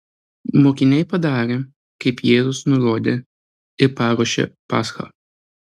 mokiniai padarė kaip jėzus nurodė ir paruošė paschą